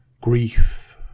grief